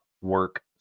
work